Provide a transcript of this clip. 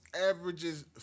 averages